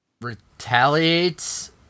retaliates